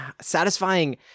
satisfying